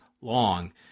long